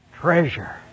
treasure